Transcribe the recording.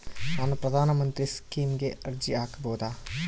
ನಾನು ಪ್ರಧಾನ ಮಂತ್ರಿ ಸ್ಕೇಮಿಗೆ ಅರ್ಜಿ ಹಾಕಬಹುದಾ?